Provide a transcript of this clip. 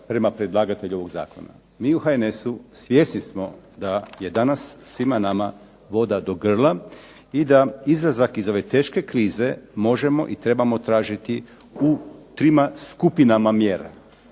prema predlagatelju ovog zakona. Mi u HNS-u svjesni smo da je danas svima nama voda do grla i da za izlazak iz ove teške krize možemo i trebamo tražiti u trima skupinama mjera.